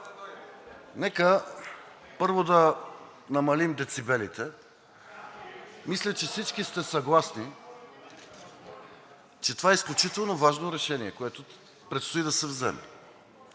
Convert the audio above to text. нека първо да намалим децибелите. Мисля, че всички сте съгласни, че това е изключително важно решение, което предстои да се вземе.